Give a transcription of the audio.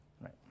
Right